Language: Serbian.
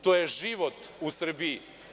To je život u Srbiji.